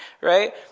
right